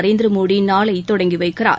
நரேந்திரமோடி நாளை தொடங்கி வைக்கிறார்